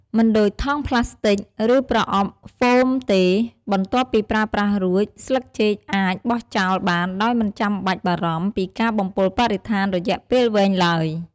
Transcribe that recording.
មិនដូចថង់ប្លាស្ទិក ឬប្រអប់ហ្វូមទេ បន្ទាប់ពីប្រើប្រាស់រួច ស្លឹកចេកអាច បោះចោលបានដោយមិនចាំបាច់បារម្ភ ពីការបំពុលបរិស្ថានរយៈពេលវែងឡើយ។